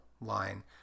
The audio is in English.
line